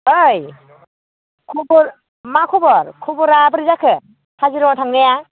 ओइ खबर मा खबर खबरा बोरै जाखो काजिरङा थांनाया